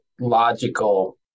logical